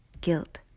guilt